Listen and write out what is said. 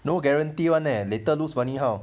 no guarantee [one] leh later lose money how